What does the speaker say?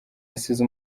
assize